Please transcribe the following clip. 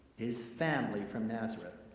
his family from nazareth.